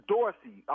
Dorsey